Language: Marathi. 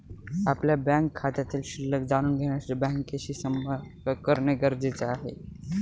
आपल्या बँक खात्यातील शिल्लक जाणून घेण्यासाठी बँकेशी संपर्क करणे गरजेचे आहे